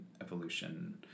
evolution